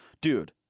dude